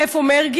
איפה מרגי,